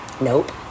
Nope